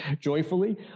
joyfully